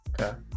Okay